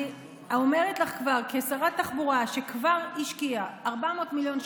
אני אומרת לך כשרת תחבורה שכבר השקיעה 400 מיליון שקלים,